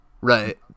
Right